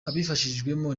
abifashijwemo